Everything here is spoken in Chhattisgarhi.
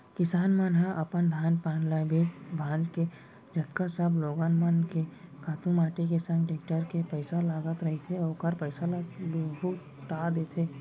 किसान मन ह अपन धान पान ल बेंच भांज के जतका सब लोगन मन के खातू माटी के संग टेक्टर के पइसा लगत रहिथे ओखर पइसा ल लहूटा देथे